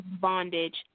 bondage